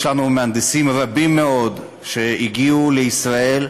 יש לנו מהנדסים רבים מאוד שהגיעו לישראל,